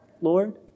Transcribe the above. Lord